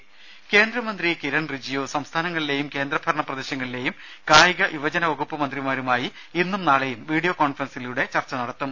രുര കേന്ദ്രമന്ത്രി കിരൺ റിജിജു സംസ്ഥാനങ്ങളിലെയും കേന്ദ്ര ഭരണ പ്രദേശങ്ങളിലെയും കായിക യുവജന വകുപ്പ് മന്ത്രിമാരുമായി ഇന്നും നാളെയും വീഡിയോ കോൺഫറൻസിലൂടെ ചർച്ച നടത്തും